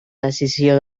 decisió